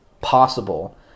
possible